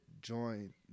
join